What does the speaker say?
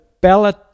ballot